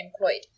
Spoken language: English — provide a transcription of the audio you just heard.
employed